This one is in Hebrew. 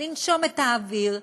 לנשום אוויר,